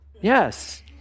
Yes